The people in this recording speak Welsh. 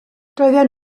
doedden